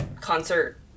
concert